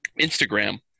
Instagram